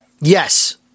Yes